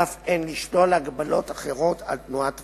ואף אין לשלול הגבלות אחרות על תנועת פלסטינים,